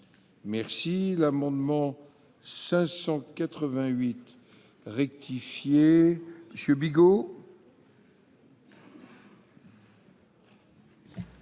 Merci l'amendement 588 rectifié Monsieur Bigot.